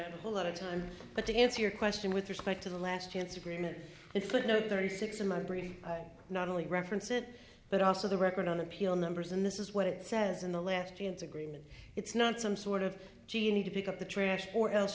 a lot of time but to answer your question with respect to the last chance agreement and footnote thirty six in my brain not only reference it but also the record on appeal numbers and this is what it says in the last chance agreement it's not some sort of do you need to pick up the trash or else